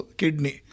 kidney